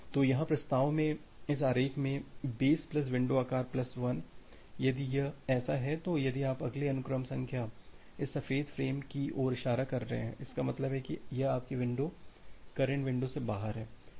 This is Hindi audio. तो यहाँ वास्तव में इस आरेख में बेस प्लस विंडो आकार प्लस 1 यदि यह ऐसा है तो यदि आप अगले अनुक्रम संख्या इस सफेद फ्रेम की ओर इशारा कर रहे हैं इसका मतलब है कि यह आपकी विंडो करंट विंडो से बाहर है